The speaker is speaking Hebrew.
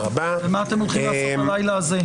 ומה אתם הולכים לעשות הלילה הזה.